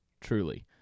truly